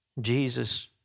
Jesus